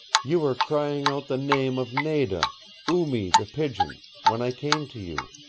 you were crying out the name of nada oo-mee the pigeon when i came to you.